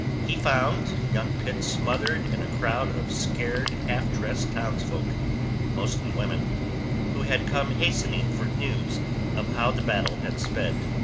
he found young pitt smothered in a crowd of scared, half-dressed townsfolk mostly women who had come hastening for news of how the battle had sped.